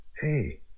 Hey